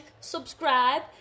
subscribe